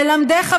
ללמדך,